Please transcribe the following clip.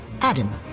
Adam